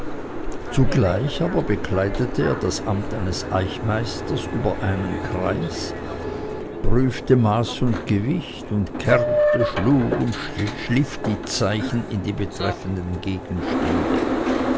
zugleich aber bekleidete er das amt eines eichmeisters über einen kreis prüfte maß und gewicht und kerbte schlug und schliff die zeichen in die betreffenden gegenstände